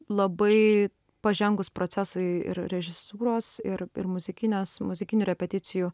labai pažengus procesui ir režisūros ir ir muzikinės muzikinių repeticijų